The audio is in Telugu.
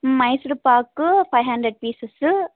Mysore pak five hundred pieces